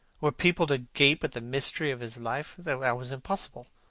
were people to gape at the mystery of his life? that was impossible.